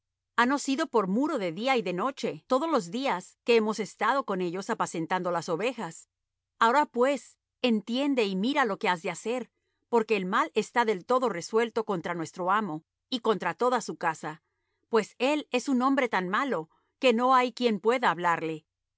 hannos sido por muro de día y de noche todos los días que hemos estado con ellos apacentando las ovejas ahora pues entiende y mira lo que has de hacer porque el mal está del todo resuelto contra nuestro amo y contra toda su casa pues él es un hombre tan malo que no hay quien pueda hablarle